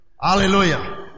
Hallelujah